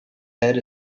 head